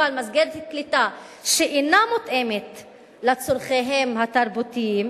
אבל מסגרת קליטה שאינה מותאמת לצורכיהן התרבותיים,